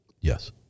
Yes